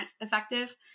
effective